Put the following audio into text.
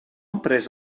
emprès